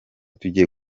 tugiye